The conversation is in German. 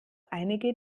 einige